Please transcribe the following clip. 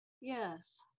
Yes